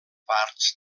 parts